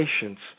patients